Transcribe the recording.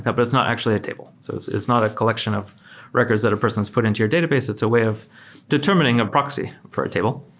but it's not actually a table. so it's it's not a collection of records that a person has put in to your database. it's a way of determining a proxy for a table.